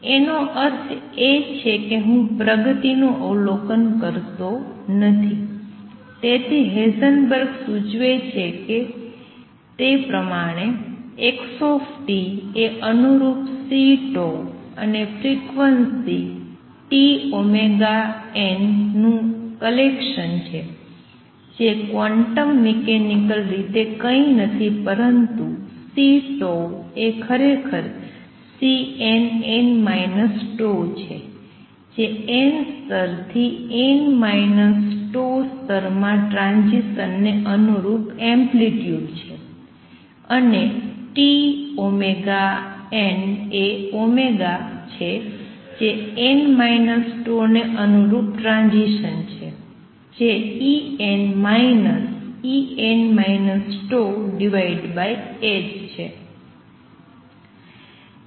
તેનો અર્થ એ કે હું પ્રગતિ નું અવલોકન કરતો નથી તેથી હેઝનબર્ગ સૂચવે છે તે પ્રમાણે x એ અનુરૂપ C અને ફ્રિક્વન્સી τωn નું કલેકસન છે જે ક્વોન્ટમ મેક્નિકલ રીતે કંઈ નથી પરંતુ C તે ખરેખર Cnn τ છે જે n સ્તર થી n τ સ્તરમાં ટ્રાંઝીસનને અનુરૂપ એમ્પ્લિટ્યુડ છે અને τωn એ ω છે જે n τ ને અનુરૂપ ટ્રાંઝીસન છે જે En En τ ℏ છે